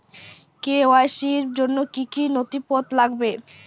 KYC র জন্য কি কি নথিপত্র লাগবে?